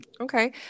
Okay